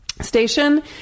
station